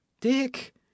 dick